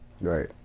right